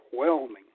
overwhelming